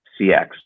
CX